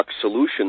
solutions